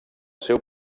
seu